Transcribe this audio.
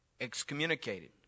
excommunicated